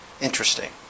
Interesting